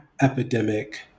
epidemic